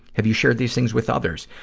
have you shared these things with others?